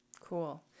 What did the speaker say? Cool